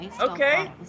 Okay